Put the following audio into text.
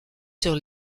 sur